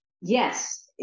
Yes